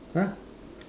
!huh!